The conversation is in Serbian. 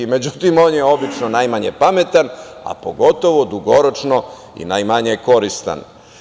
Međutim, on je obično najmanje pametan, a pogotovo dugoročno i najmanje koristan.